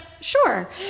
sure